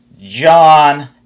John